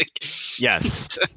Yes